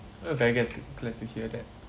oh very good glad to hear that